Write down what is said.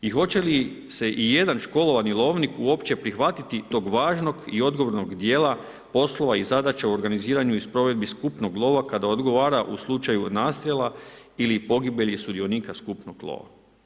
I hoće li se i jedan školovani lovnik uopće prihvatiti tog važnog i odgovornog dijela, poslova i zadaća u organiziranju i provedbi skupnog lova, kada odgovara u slučaju nastrijela ili pogibelji sudionika skupnog lova.